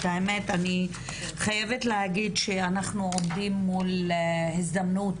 אני חייבת להגיד שאנחנו עומדים מול הזדמנות